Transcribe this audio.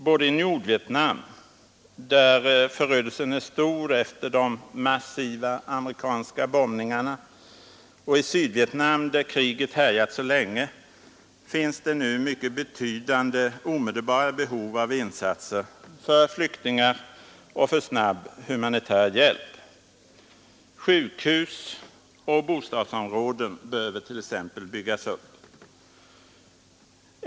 Både i Nordvietnam, där förödelsen är stor efter de massiva amerikanska bombningarna, och i Sydvietnam, där kriget härjat så länge, finns det nu mycket betydande omedelbara behov av insatser för flyktingar och för snabb humanitär hjälp. Sjukhus och bostadsområden behöver t.ex. byggas upp.